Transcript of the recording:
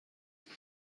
شارژ